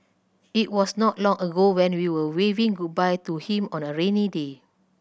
it was not long ago when we were waving goodbye to him on a rainy day